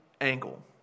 angle